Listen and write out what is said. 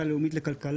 במועצה הלאומית לכלכלה,